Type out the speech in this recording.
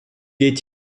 est